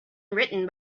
written